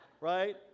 right